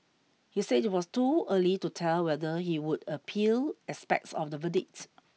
he said it was too early to tell whether he would appeal aspects of the verdict